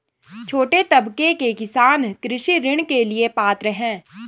छोटे तबके के किसान कृषि ऋण के लिए पात्र हैं?